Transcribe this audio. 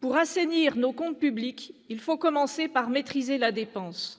Pour assainir nos comptes publics, il nous faut commencer par maîtriser la dépense